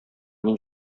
мин